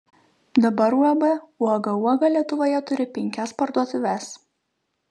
dabar uab uoga uoga lietuvoje turi penkias parduotuves